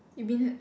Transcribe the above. immediate